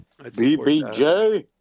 BBJ